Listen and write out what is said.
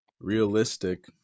realistic